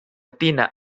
tina